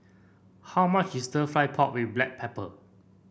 how much is Stir Fried Pork with Black Pepper